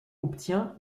obtient